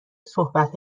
صحبت